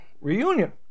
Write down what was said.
reunion